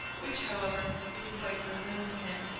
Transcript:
which, however, was quite unknown to him.